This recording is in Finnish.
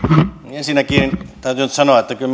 ensinnäkin täytyy nyt sanoa että kyllä